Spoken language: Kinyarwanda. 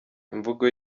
imvugo